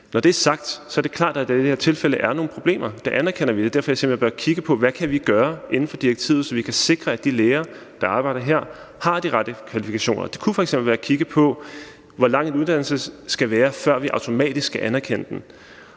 Når det er sagt, er det klart, at der i det her tilfælde er nogle problemer. Det anerkender vi, og det er derfor, jeg siger, at man bør kigge på, hvad vi kan gøre inden for direktivet, så vi kan sikre, at de læger, der arbejder her, har de rette kvalifikationer. Det kunne f.eks. være at kigge på, hvor lang en uddannelse skal være, før vi automatisk skal anerkende den.